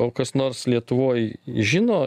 o kas nors lietuvoj žino